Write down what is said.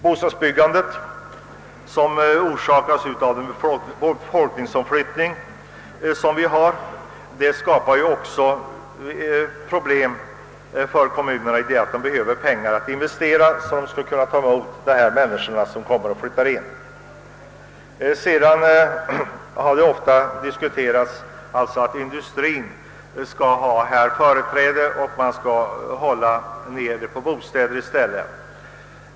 Bostadsbyggandet som orsakas av befolkningsomflyttningen skapar också problem för kommunerna, eftersom de behöver pengar för att investera så att de kan ta emot de människor som flyt tar in i kommunerna. Det har ofta sagts att industrien bör ha företräde framför bostadsbyggandet.